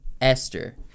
Esther